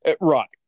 Right